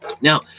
now